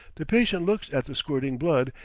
the patient looks at the squirting blood,